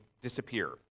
disappear